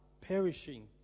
perishing